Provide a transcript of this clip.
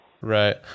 Right